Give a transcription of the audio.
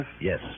Yes